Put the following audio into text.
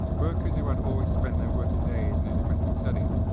workers who had always spent their working days in a domestic setting,